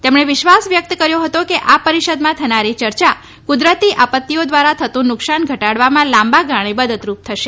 તેમણે વિશ્વાસ વ્યક્ત કર્યો હતો કે આ પરિષદમાં થનારી ચર્ચા કુદરતી આપત્તિઓ દ્વારા થતું નુકસાન ઘટાડવામાં લાંબાગાળે મદદરૂપ થશે